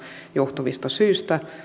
johtuvista syistä